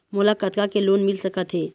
मोला कतका के लोन मिल सकत हे?